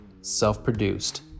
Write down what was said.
self-produced